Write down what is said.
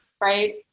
right